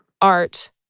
art